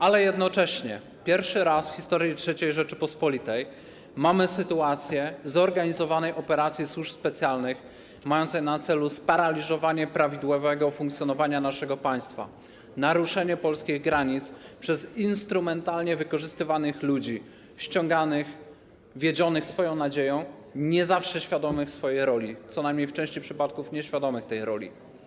Ale jednocześnie pierwszy raz w historii III Rzeczypospolitej mamy sytuację zorganizowanej operacji służb specjalnych mającej na celu sparaliżowanie prawidłowego funkcjonowania naszego państwa, naruszenie polskich granic przez instrumentalnie wykorzystywanych ludzi, ściąganych, wiedzionych swoją nadzieją, nie zawsze świadomych swojej roli, co najmniej w części przypadków nieświadomych tej roli.